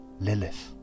Lilith